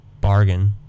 bargain